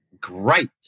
great